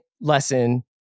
lesson